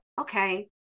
okay